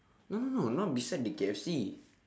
no no no not beside the K_F_C